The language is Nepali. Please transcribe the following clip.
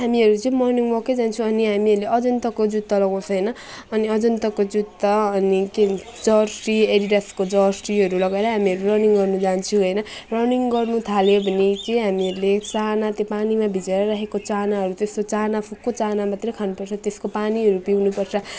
हामीहरू चाहिँ मर्निङ वकै जान्छौँ अनि हामीहरूले अजन्ताको जुत्ता लगाउँछौँ होइन अनि अजन्ताको जुत्ता अनि के जर्सी एडिडासको जर्सीहरू लगाएर हामीहरू रनिङ गर्नु जान्छु होइन रनिङ गर्नु थाल्यो भने चाहिँ हामीहरूले चाना त्यो पानीमा भिजाएर राखेको चानाहरू त्यस्तो चाना फुक्को चाना मात्रै खानुपर्छ त्यसको पानीहरू पिउनुपर्छ